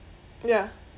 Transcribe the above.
ya